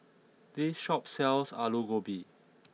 this shop sells Aloo Gobi